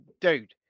Dude